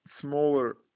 smaller